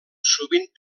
sovint